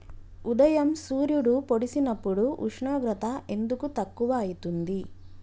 ఉదయం సూర్యుడు పొడిసినప్పుడు ఉష్ణోగ్రత ఎందుకు తక్కువ ఐతుంది?